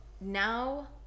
now